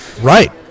Right